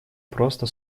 просто